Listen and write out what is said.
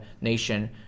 nation